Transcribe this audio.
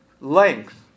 length